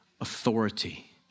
authority